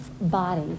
body